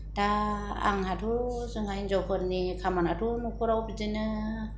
दा आंहाथ' जोंहा हिनजावफोरनि खामानियाथ' न'खराव बिदिनो